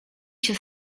się